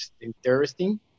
interesting